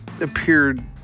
appeared